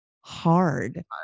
hard